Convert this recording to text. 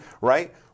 right